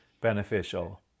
beneficial